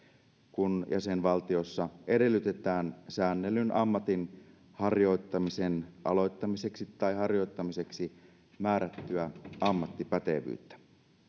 kun jäsenvaltiossa edellytetään säännellyn ammatin harjoittamisen aloittamiseksi tai harjoittamiseksi määrättyä ammattipätevyyttä